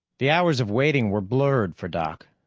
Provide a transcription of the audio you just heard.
the hours of waiting were blurred for doc.